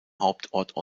hauptort